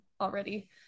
already